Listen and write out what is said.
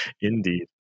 Indeed